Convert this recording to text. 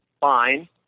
fine